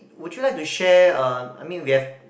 would you like to share uh I mean we have